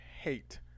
hate